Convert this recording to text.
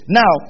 now